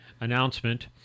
announcement